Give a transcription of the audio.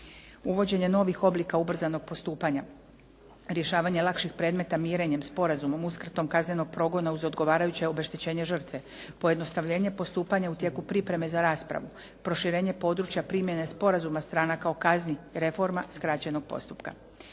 uvođenje novih oblika ubrzanog postupaka, rješavanje lakših predmeta mirenjem sporazumom, uskratom kaznenog progona uz odgovarajuće obeštećenje žrtve, pojednostavljenje postupanja u tijeku pripreme za raspravu, proširenje područja primjene sporazuma stranaka o kazni, reforma skraćenog postupka,